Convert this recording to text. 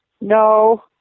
no